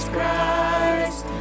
Christ